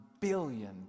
billion